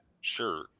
Sure